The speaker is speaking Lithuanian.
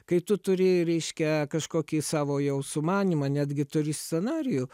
kai tu turėjai reiškia kažkokį savo jau sumanymą netgi turi scenarijų